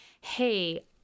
Hey